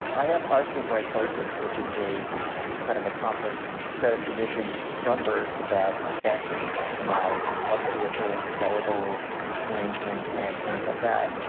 i have arthrogryposis which is a kind of a complex set of conditions from birth that affect my musculature and skeletal arrangement and things like that.